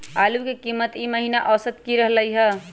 आलू के कीमत ई महिना औसत की रहलई ह?